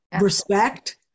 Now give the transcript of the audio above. respect